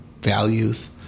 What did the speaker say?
values